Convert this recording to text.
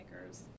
makers